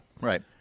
Right